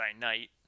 Knight